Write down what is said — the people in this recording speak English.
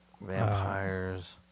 Vampires